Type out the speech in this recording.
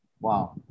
Wow